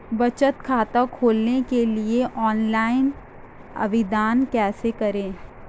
बचत खाता खोलने के लिए ऑनलाइन आवेदन कैसे करें?